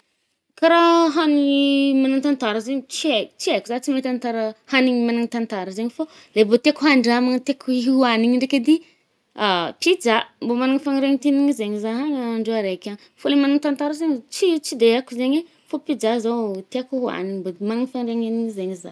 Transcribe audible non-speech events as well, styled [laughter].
Kà raha hanigny magnan-tantara zaigny, tsy haiko, tsy haiko zah tsy mahay tantara [hesitation] hanigny magnan-tantara zaigny fô le bô tieko handramagna tieko hi-hohanigny edy, [hesitation] pizza. Mba managna faniriagna te hihinagna zaigny zah agny andro araiky agny. Fô le magnan-tantara zaigny tsy tsy de haiko zaigny ih, fô pizza zao tieko oanigna, mbô managna faniriagna zaigny zah.